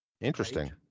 Interesting